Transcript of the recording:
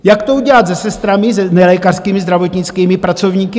Jak to udělat se sestrami, nelékařskými zdravotnickými pracovníky?